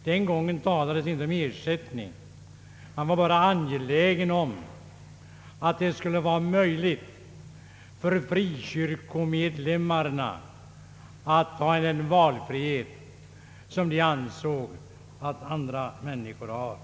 Den gången talades det inte om ersättning. Man var bara angelägen om att det skulle bli möjligt för frikyrkomedlemmarna att ha den valfrihet som de ansåg att andra människor har.